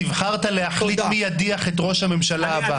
נבחרת להחליף ולהדיח את ראש הממשלה הבא.